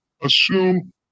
assume